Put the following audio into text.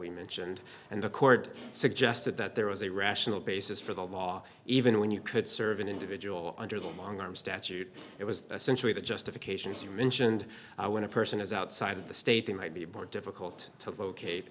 we mentioned and the court suggested that there was a rational basis for the law even when you could serve an individual under the long arm statute it was essentially the justification as you mentioned when a person is outside of the state they might be more difficult to locate